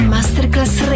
Masterclass